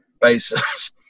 basis